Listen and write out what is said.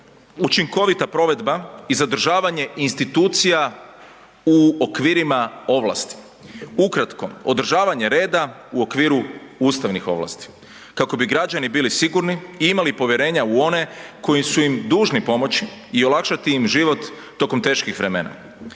učinkovita provedba i zadržavanje institucija u okvirima ovlasti. Ukratko, održavanje reda u okviru ustavnih ovlasti kako bi građani bili sigurni i imali povjerenja u one koji su im dužni pomoći i olakšati im život tokom teškim vremena.